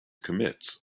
commits